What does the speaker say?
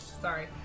Sorry